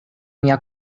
mia